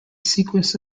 sequence